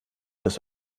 des